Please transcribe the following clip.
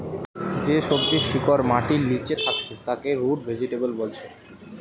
যে সবজির শিকড় মাটির লিচে থাকছে তাকে রুট ভেজিটেবল বোলছে